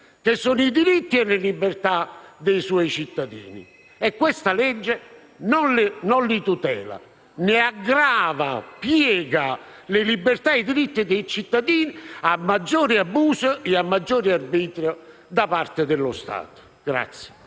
che sono i diritti e le libertà dei suoi cittadini. E questa legge non li tutela: aggrava la situazione, piega le libertà e i diritti dei cittadini a maggior abuso e a maggior arbitrio da parte dello Stato.